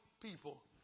people